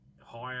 higher